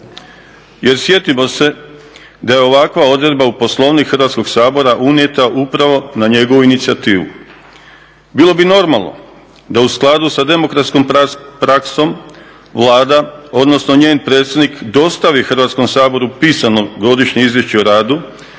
Jer sjetimo se da je ovakva odredba u Poslovnik Hrvatskog sabora unijeta upravo na njegovu inicijativu. Bilo bi normalno da u skladu sa demokratskom praksom Vlada, odnosno njen predsjednik dostavi Hrvatskom saboru pisano godišnje izvješće o radu,